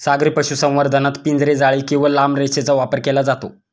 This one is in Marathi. सागरी पशुसंवर्धनात पिंजरे, जाळी किंवा लांब रेषेचा वापर केला जातो